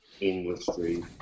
industry